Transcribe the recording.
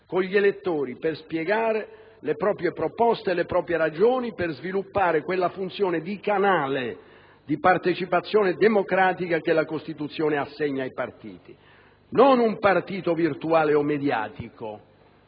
con gli elettori, per spiegare le proprie proposte e le proprie ragioni, per sviluppare quella funzione di canale di partecipazione democratica che la Costituzione assegna ai partiti. Non un partito virtuale o mediatico